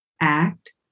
act